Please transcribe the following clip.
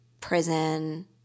prison